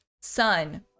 sun